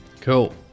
Cool